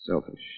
selfish